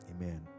Amen